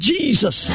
Jesus